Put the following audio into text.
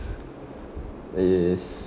is